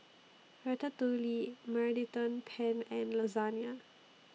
Ratatouille Mediterranean Penne and Lasagne